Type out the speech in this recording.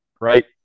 right